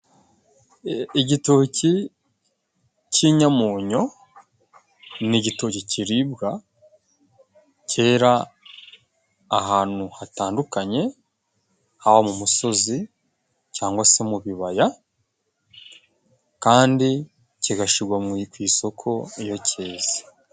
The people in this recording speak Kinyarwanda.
Igitoki cy'inyamunyu ni igitoki kiribwa cyera ahantu hatandukanye, haba mu musozi cyangwa se mu bibaya, kandi kigashirwa ku isoko iyo cyeze.